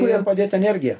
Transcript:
kur jam padėt energiją